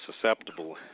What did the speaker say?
susceptible